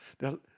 Now